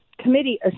committee